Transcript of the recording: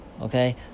okay